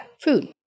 food